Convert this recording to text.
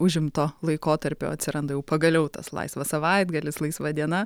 užimto laikotarpio atsiranda jau pagaliau tas laisvas savaitgalis laisva diena